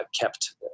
kept